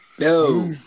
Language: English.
No